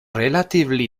relatively